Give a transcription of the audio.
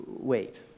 Wait